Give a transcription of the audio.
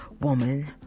Woman